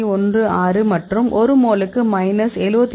16 மற்றும் ஒரு மோலுக்கு மைனஸ் 71